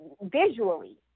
visually